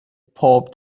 pob